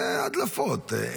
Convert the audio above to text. זה הדלפות.